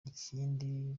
ikindi